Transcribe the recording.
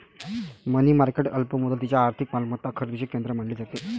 मनी market अल्प मुदतीच्या आर्थिक मालमत्ता खरेदीचे केंद्र मानले जाते